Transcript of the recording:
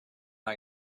not